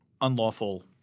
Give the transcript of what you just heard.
unlawful